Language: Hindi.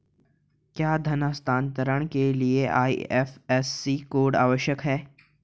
क्या धन हस्तांतरण के लिए आई.एफ.एस.सी कोड आवश्यक है?